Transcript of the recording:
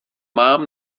mám